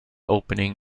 opening